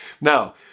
Now